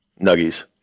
Nuggies